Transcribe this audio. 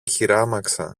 χειράμαξα